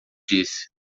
disse